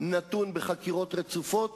והיה אבי השיטה הקפיטליסטית-הליברלית.